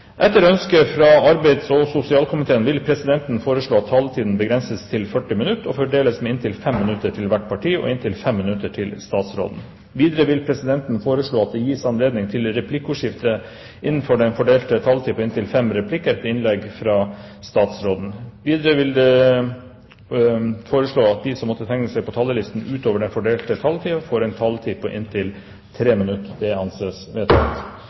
Etter ønske fra arbeids- og sosialkomiteen vil presidenten foreslå at taletiden begrenses til 40 minutter og fordeles med inntil 5 minutter til hvert parti og inntil 5 minutter til statsråden. Videre vil presidenten foreslå at det gis anledning til replikkordskifte på inntil fem replikker med svar etter innlegg fra statsråden innenfor den fordelte taletid. Videre blir det foreslått at de som måtte tegne seg på talerlisten utover den fordelte taletid, får en taletid på inntil 3 minutter. – Det anses vedtatt.